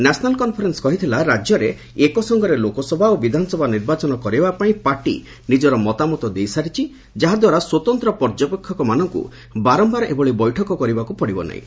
national Conference କହିଥିଲା ରାଜ୍ୟରେ ଏକସଙ୍ଗରେ ଲୋକସଭା ଓ ବିଧାନସଭା ନିର୍ବାଚନ କରାଇବାପାଇଁ ପାର୍ଟି ନିଜର ମତାମତ ଦେଇସାରିଛି ଯାଦ୍ୱାରା ସ୍ୱତନ୍ତ୍ର ପର୍ଯବେକ୍ଷକମାନଙ୍କୁ ବାରମ୍ଭାର ଏଭଳି ବୈଠକ କରିବାକୁ ପଡ଼ିବ ନାହିଁ